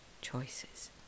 choices